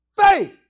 faith